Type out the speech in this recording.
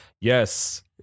Yes